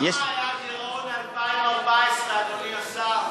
כמה היה הגירעון מ-2014, אדוני השר?